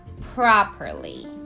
properly